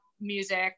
music